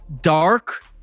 dark